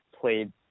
played